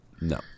No